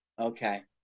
Okay